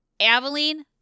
Aveline